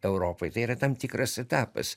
europai tai yra tam tikras etapas